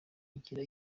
gira